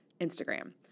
Instagram